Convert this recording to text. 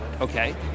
Okay